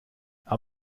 aber